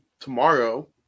tomorrow